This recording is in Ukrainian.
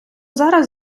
зараз